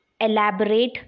elaborate